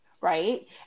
right